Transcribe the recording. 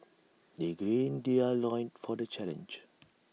they gird their loins for the challenge